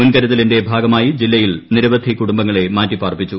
മുൻകരുതലിന്റെ ഭാഗമായി ജില്ലയിൽ നിരവധി കുടുംബങ്ങളെ മാറ്റിപ്പാർപ്പിച്ചു